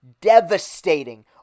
devastating